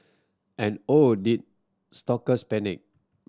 and oh did stalkers panic